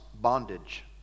bondage